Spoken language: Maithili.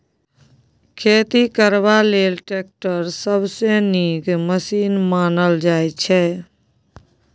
खेती करबा लेल टैक्टर सबसँ नीक मशीन मानल जाइ छै